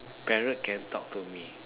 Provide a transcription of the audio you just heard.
parrot can talk to me